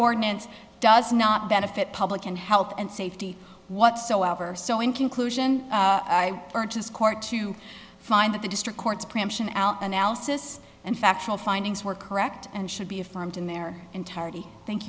ordinance does not benefit public and health and safety whatsoever so in conclusion i purchased court to find that the district courts preemption out analysis and factual findings were correct and should be affirmed in their entirety thank